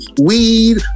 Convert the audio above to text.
weed